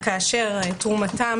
אלא כאשר תרומתם